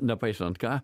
nepaisant ką